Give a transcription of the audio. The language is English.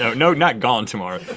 no, no, not gone tomorrow,